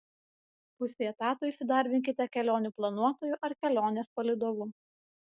pusei etato įsidarbinkite kelionių planuotoju ar kelionės palydovu